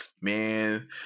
man